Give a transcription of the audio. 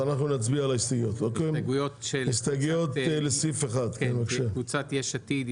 נצביע על ההסתייגויות לסעיף 1. הסתייגויות של קבוצת יש עתיד,